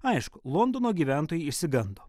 aišku londono gyventojai išsigando